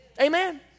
Amen